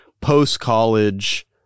post-college